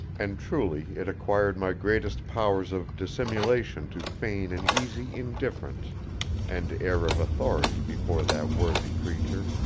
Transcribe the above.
and truly it acquired my greatest powers of dissimulation to feign an easy indifference and air of authority before that worthy creature,